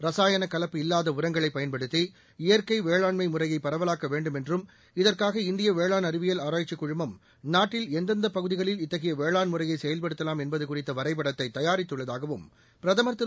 ரசாயன கலப்பு இல்லாத உரங்களை பயன்படுத்தி இயற்கை வேளாண்மை முறையை பரவலாக்க வேண்டும் என்றும் இதற்காக இந்திய வேளாண் அறிவியல் ஆராய்ச்சிக் குழுமம் நாட்டில் எந்தெந்த பகுதிகளில் இத்தகைய வேளாண் முறையை செயல்படுத்தலாம் என்பது குறித்த வரைபடத்தை தயாரித்துள்ளதாகவும் பிரதமர் திரு